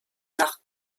nach